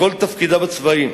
בכל תפקידיו הצבאיים,